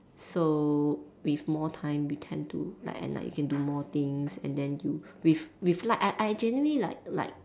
so with more time we can do like at night we can do more things and then you with with light I I generally like like